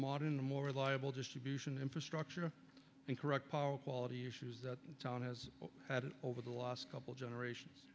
modern more reliable distribution infrastructure and correct power quality issues that town has had over the last couple generations